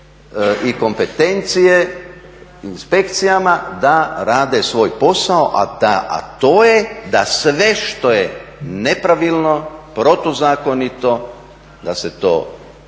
i kompetencije inspekcijama da rade svoj posao, a to je da sve što je nepravilno, protuzakonito da se to prijavi